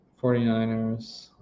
49ers